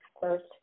first